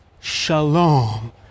shalom